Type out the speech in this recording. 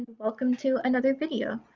welcome to another video.